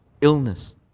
illness